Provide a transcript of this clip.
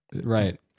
Right